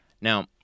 Now